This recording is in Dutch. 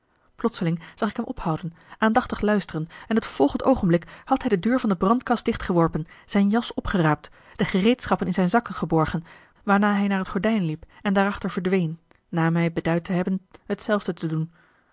zag ik hem ophouden aandachtig luisteren en het volgend oogenblik had hij de deur van de brandkast dichtgeworpen zijn jas opgeraapt de gereedschappen in zijn zakken geborgen waarna hij naar het gordijn liep en daarachter verdween na mij beduid te hebben hetzelfde te doen